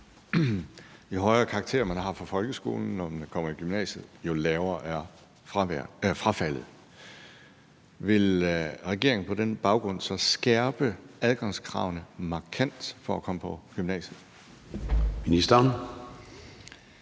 Jo højere karakterer, man har med sig fra folkeskolen, når man kommer i gymnasiet, jo lavere er frafaldet. Vil regeringen på den baggrund så skærpe adgangskravene markant for at komme på gymnasiet? Kl.